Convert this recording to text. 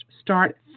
start